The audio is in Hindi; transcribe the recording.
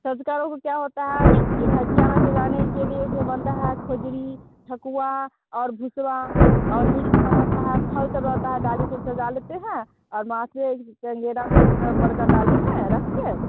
सँझका अरघ को क्या होता है ये ढकिया में सजाने के लिए उसमें बनता है खोजरी ठकुआ और भूस्वा और ईंख स रहता है फल सब रहता है डाली सब सजा लेते हैं और माथे से बर का डाली में रख कर